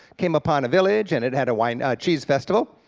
came upon a village, and it had a wine a cheese festival.